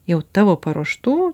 jau tavo paruoštų